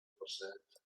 percent